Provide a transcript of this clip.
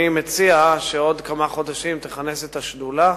אני מציע שבעוד כמה חודשים תכנס את השדולה